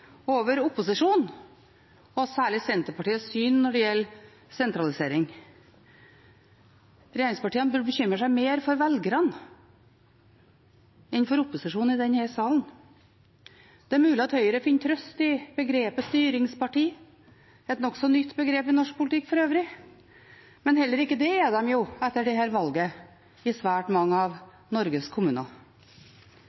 over opposisjonen, og særlig Senterpartiets syn når det gjelder sentralisering. Regjeringspartiene bør bekymre seg mer for velgerne enn for opposisjonen i denne salen. Det er mulig at Høyre finner trøst i begrepet «styringsparti» – for øvrig et nokså nytt begrep i norsk politikk – men heller ikke det er de etter dette valget i svært mange av